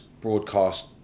broadcast